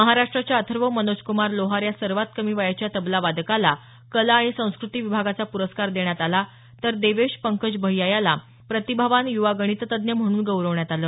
महाराष्ट्राच्या अथर्व मनोजकुमार लोहार या सर्वात कमी वयाच्या तबला वादकाला कला आणि संस्कृती विभागाचा प्रस्कार देण्यात आला तर देवेश पंकज भय्या याला प्रतिभावान य्वा गणितज्ज्ञ म्हणून गौरवण्यात आलं